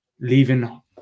leaving